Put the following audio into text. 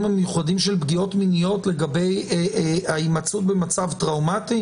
המיוחדים של פגיעות מיניות לגבי הימצאות במצב טראומתי?